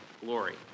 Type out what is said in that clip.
glory